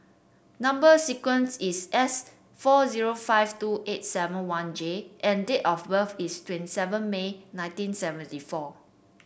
number sequence is S four zero five two eight seven one J and date of birth is twenty seven May nineteen seventy four